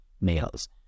males